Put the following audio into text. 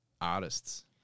artists